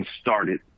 started